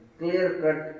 clear-cut